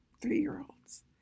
three-year-olds